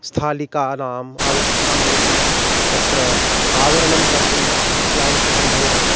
स्थालिकानाम् आवश्यकता भवति तत्र आवरणं कर्तुम् अपि आवश्यकं भवति